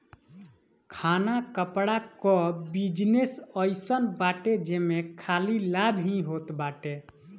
खाना कपड़ा कअ बिजनेस अइसन बाटे जेमे खाली लाभ ही होत बाटे